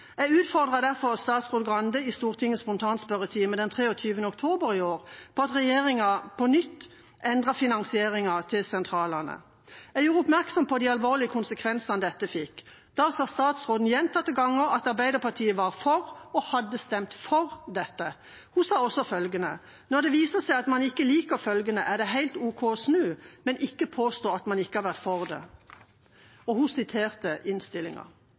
Jeg utfordret derfor statsråd Skei Grande i Stortingets muntlige spørretime den 23. oktober i år på at regjeringa på nytt endrer finansieringen til sentralene, og jeg gjorde oppmerksom på de alvorlige konsekvensene dette fikk. Da sa statsråden gjentatte ganger at Arbeiderpartiet var for, og hadde stemt for, dette. Hun sa også følgende: «Når det viser seg at man ikke liker følgene, er det helt ok å snu, men ikke påstå at man ikke har vært for det.» Og hun siterte